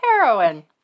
Heroin